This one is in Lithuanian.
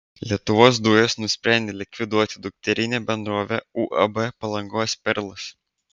lietuvos dujos nusprendė likviduoti dukterinę bendrovę uab palangos perlas